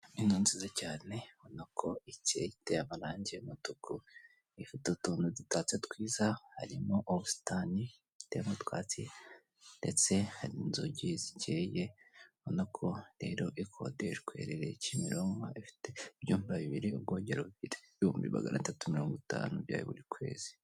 Inzu nziza cyane ubona ko icyeye iteye amarangi y'umutuku, ifite utuntu dutatse twiza harimo ubusitani buteyemwo utwatsi ndetse hari inzugi zikeye ubona ko rero ikodeshwa, iherereye Kimironko ifite ibyumba bibiri ubwogero bubiri, ibihumbi magana tatu mirongo itanu bya buri kwezi.